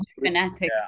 fanatic